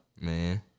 Man